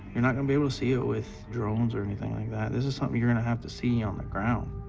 you're not gonna be able to see it with drones or anything like that. this is something you're gonna have to see on the ground.